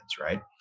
right